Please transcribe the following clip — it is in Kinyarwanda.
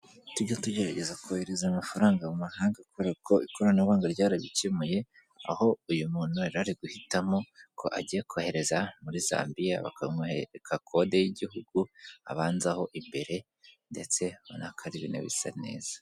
Tujye tugerageza kohereza amafaranga mu mahanga kubera ko ikoranabuhanga ryarabikemuye, aho uyu muntu yarari guhitamo, ko agiye kohereza muri Zambia bakamwereka kode y'igihugu abanzaho imbere, ndetse banaka ibintue bisa neza.